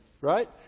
Right